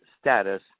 status